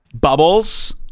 Bubbles